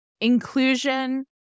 inclusion